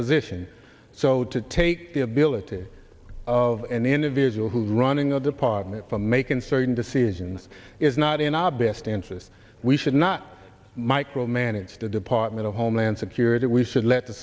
position so to take the ability of an individual who's running a department for making certain decisions is not in our best and says we should not micromanage the department of homeland security we should let the